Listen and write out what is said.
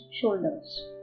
shoulders